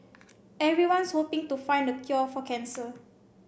everyone's hoping to find the cure for cancer